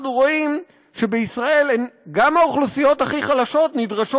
אנחנו רואים שבישראל גם האוכלוסיות הכי חלשות נדרשות